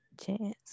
chance